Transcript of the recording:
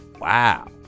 Wow